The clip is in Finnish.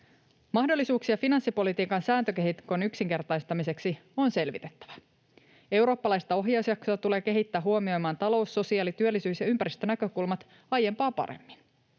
Mahdollisuuksia finanssipolitiikan sääntökehikon yksinkertaistamiseksi on selvitettävä. Eurooppalaista ohjausjaksoa tulee kehittää huomioimaan talous-, sosiaali-, työllisyys- ja ympäristönäkökulmat aiempaa paremmin.